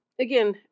again